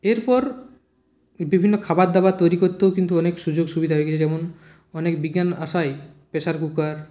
এর পর বিভিন্ন খাবার দাবার তৈরি করতেও কিন্তু অনেক সুযোগ সুবিধা হয়ে গিয়েছে যেমন অনেক বিজ্ঞান আসায় প্রেশার কুকার